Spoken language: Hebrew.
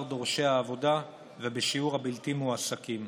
דורשי העבודה ובשיעור הבלתי-מועסקים.